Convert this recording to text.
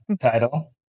title